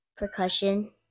percussion